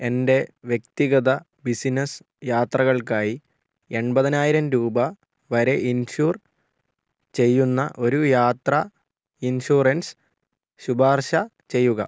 എൻ്റെ വ്യക്തിഗത ബിസിനസ്സ് യാത്രകൾക്കായി എൺപതിനായിരം രൂപ വരെ ഇൻഷൂർ ചെയ്യുന്ന ഒരു യാത്ര ഇൻഷുറൻസ് ശുപാർശ ചെയ്യുക